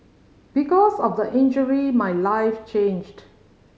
because of the injury my life changed